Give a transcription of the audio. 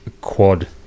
quad